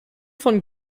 von